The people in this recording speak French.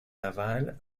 navale